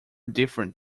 different